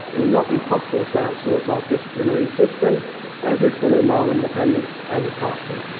it would not be possible to outsource our disciplinary system as this would end our independence as party.